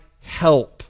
help